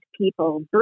people